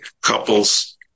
couples